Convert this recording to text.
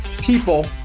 people